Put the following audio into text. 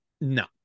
No